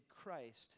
Christ